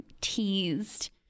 teased